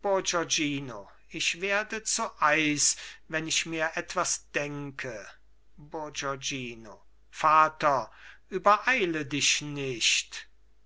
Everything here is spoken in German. ich werde zu eis wenn ich mir etwas denke bourgognino vater übereile dich nicht